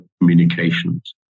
communications